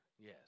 Yes